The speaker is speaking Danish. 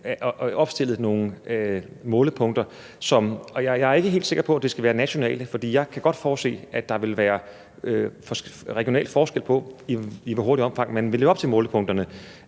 at opstille nogle målepunkter, og jeg er ikke helt sikker på, at det skal være nationale. For jeg kan godt forudse, at der vil være regional forskel på, i hvor hurtigt et omfang man vil leve op til målepunkterne,